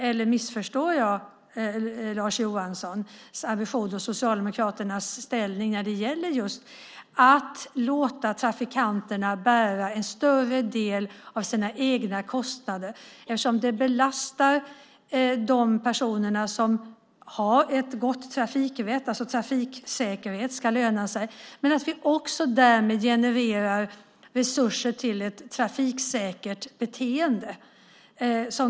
Eller missförstår jag Lars Johanssons ambition och Socialdemokraternas inställning när det gäller att låta trafikanterna bära en större del av sina egna kostnader eftersom detta belastar de personer som har ett gott trafikvett? Trafiksäkerhet ska löna sig. Därmed genererar vi också resurser till ett trafiksäkert beteende.